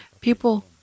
people